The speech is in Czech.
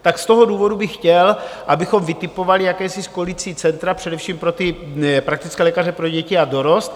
Z toho důvodu bych chtěl, abychom vytipovali jakási školicí centra, především pro praktické lékaře pro děti a dorost.